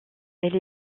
elle